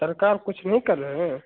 sir काम कुछ नहीं कर रहे हैं